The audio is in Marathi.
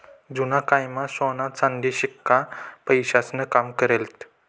जुना कायमा सोना चांदीचा शिक्का पैसास्नं काम करेत